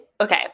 Okay